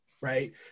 right